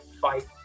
fight